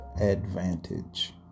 advantage